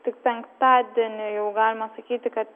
tik penktadienį jau galima sakyti kad